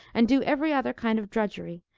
and do every other kind of drudgery,